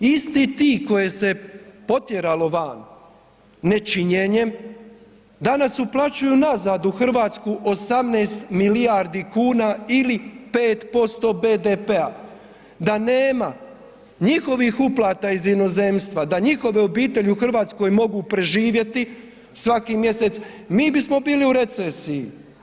Isti ti koje se potjeralo van nečinjenjem danas uplaćuju nazad u Hrvatsku 18 milijardi kuna ili 5% BDP-a, da nema njihovih uplata iz inozemstva da njihove obitelji u Hrvatskoj mogu preživjeti svaki mjesec mi bismo bili u recesiji.